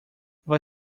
vai